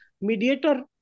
mediator